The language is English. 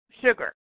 sugar